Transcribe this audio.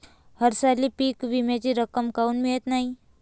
हरसाली पीक विम्याची रक्कम काऊन मियत नाई?